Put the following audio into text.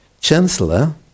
Chancellor